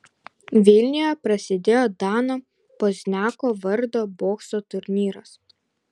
vilniuje prasidėjo dano pozniako vardo bokso turnyras